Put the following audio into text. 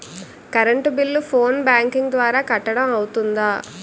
Current bill phone banking ద్వారా కట్టడం అవ్తుందా?